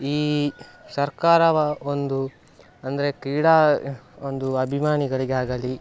ಈ ಸರ್ಕಾರವು ಒಂದು ಅಂದರೆ ಕ್ರೀಡಾ ಒಂದು ಅಭಿಮಾನಿಗಳಿಗೆ ಆಗಲಿ